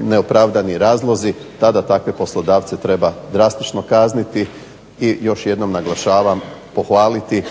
neopravdani razlozi tada takve poslodavce treba drastično kazniti. I još jednom naglašavam, pohvaliti